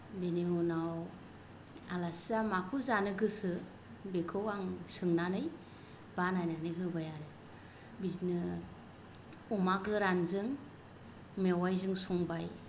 बिनि उनाव आलासिया माखौ जानो गोसो बेखौ आं सोंनानै बानायनानै होबाय आरो बिदिनो अमा गोरानजों मेवाइजों संबाय